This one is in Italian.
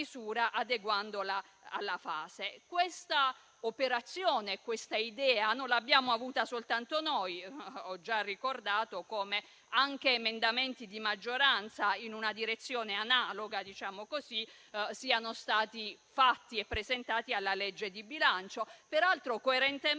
Questa operazione, questa idea non l'abbiamo avuta soltanto noi; ho già ricordato come anche emendamenti di maggioranza in una direzione analoga siano stati presentati alla legge di bilancio, peraltro coerentemente